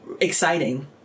exciting